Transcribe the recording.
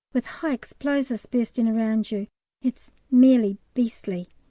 with high explosives bursting round you it's merely beastly,